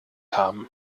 haben